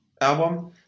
...album